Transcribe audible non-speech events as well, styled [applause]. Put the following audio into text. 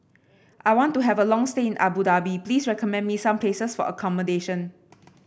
I want to have a long stay in Abu Dhabi please recommend me some places for accommodation [noise]